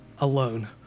alone